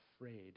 afraid